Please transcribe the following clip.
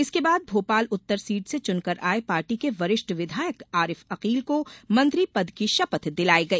इसके बाद भोपाल उत्तर सीट से चुनकर आये पार्टी के वरिष्ठ विधायक आरिफ अकील को मंत्री पद की शपथ दिलाई गई